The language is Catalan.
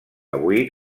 avui